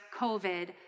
COVID